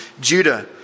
Judah